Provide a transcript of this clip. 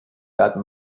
that